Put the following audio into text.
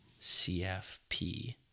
CFP